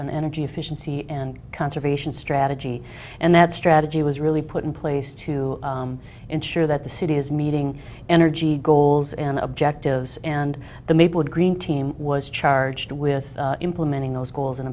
an energy efficiency and conservation strategy and that strategy was really put in place to ensure that the city is meeting energy goals and objectives and the maple green team was charged with implementing those goals and